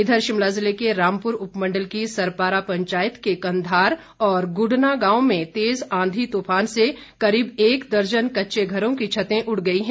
इधर शिमला जिले के रामपुर उपमण्डल की सरपारा पंचायत के कंधार और खुडना गांव में तेज आंधी तूफान से करीब एक दर्जन कच्चे घरों की छतें उड़ गई हैं